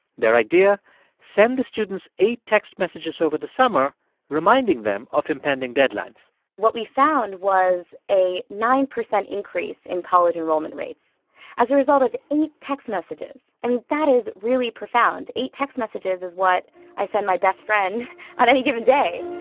their idea send the students eight text messages over the summer reminding them of impending deadlines what we found was a nine percent increase in college enrollment rates as a result of eight text messages. i mean, that is really profound. eight text messages is what i send my best friend on any given day